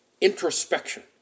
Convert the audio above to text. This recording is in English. introspection